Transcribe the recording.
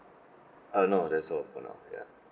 uh no that's all for now ya